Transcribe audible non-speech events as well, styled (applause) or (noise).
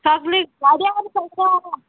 सगल्या वाड्यार (unintelligible)